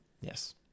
Yes